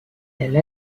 elle